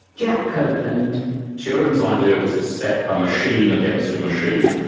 jack copeland turing's idea was to set a machine against a machine.